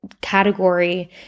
category